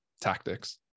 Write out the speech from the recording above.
tactics